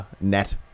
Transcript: net